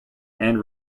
and